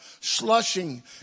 slushing